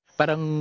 parang